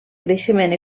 creixement